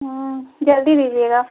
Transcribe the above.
जल्दी दीजिएगा